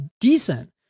decent